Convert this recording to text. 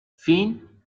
فین